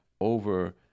over